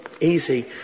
easy